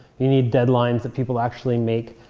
you need deadlines that people actually make,